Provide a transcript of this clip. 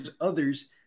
others